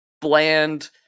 bland